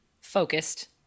focused